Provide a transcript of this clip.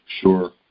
Sure